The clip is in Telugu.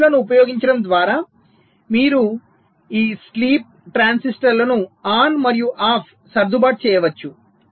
ఈ స్విచ్లను ఉపయోగించడం ద్వారా మీరు ఈ స్లీప్ ట్రాన్సిస్టర్లను ఆన్ మరియు ఆఫ్ సర్దుబాటు చేయవచ్చు